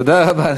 תודה רבה.